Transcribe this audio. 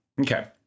Okay